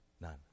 None